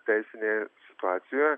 teisinėje situacijoje